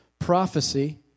prophecy